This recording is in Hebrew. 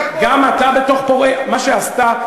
תהיה